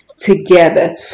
together